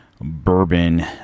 bourbon